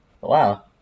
Wow